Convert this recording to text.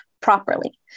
properly